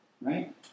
right